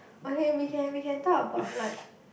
okay we can we can talk about like